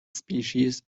species